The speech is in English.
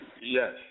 Yes